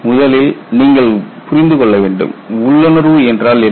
முதலில் நீங்கள் புரிந்து கொள்ள வேண்டும் உள்ளுணர்வு என்றால் என்ன